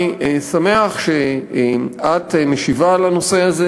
אני שמח שאת משיבה על הנושא הזה.